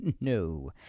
No